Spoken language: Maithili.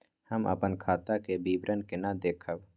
हम अपन खाता के विवरण केना देखब?